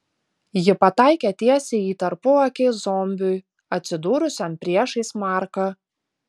ji pataikė tiesiai į tarpuakį zombiui atsidūrusiam priešais marką